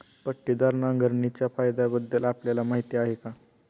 पट्टीदार नांगरणीच्या फायद्यांबद्दल आपल्याला माहिती आहे का?